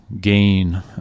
gain